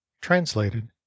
Translated